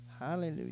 Hallelujah